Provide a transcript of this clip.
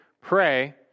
pray